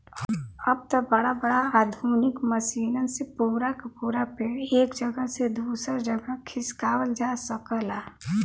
अब त बड़ा बड़ा आधुनिक मसीनन से पूरा क पूरा पेड़ एक जगह से दूसर जगह खिसकावत जा सकला